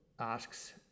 asks